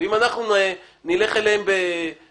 ואם אנחנו נלך אליהם באגרסיביות,